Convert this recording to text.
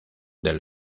del